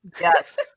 Yes